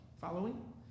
Following